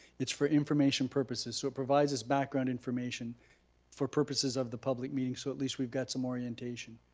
it's for information purposes so it provides us background information for purposes of the public meeting so at least we've got some orientation.